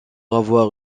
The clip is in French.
avoir